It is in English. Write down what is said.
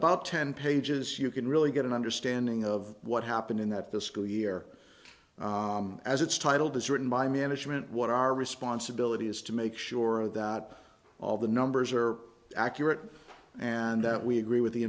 about ten pages you can really get an understanding of what happened in that fiscal year as it's titled as written by management what our responsibility is to make sure that all the numbers are accurate and that we agree with the